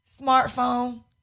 smartphone